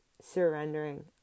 surrendering